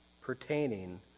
pertaining